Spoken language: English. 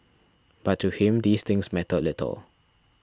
but to him these things mattered little